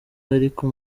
ariko